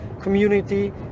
community